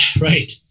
right